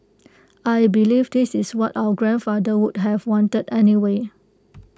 I believe this is what our grandfather would have wanted anyway